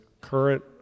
current